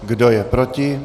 Kdo je proti?